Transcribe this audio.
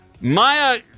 Maya